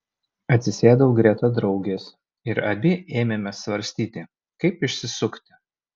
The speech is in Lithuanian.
atsisėdau greta draugės ir abi ėmėme svarstyti kaip išsisukti